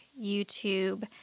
YouTube